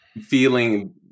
feeling